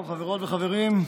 חברות וחברים,